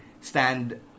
stand